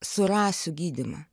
surasiu gydymą